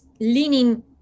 leaning